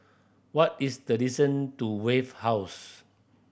what is the distance to Wave House